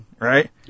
Right